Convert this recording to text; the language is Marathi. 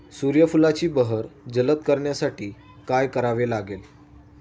सूर्यफुलाची बहर जलद करण्यासाठी काय करावे लागेल?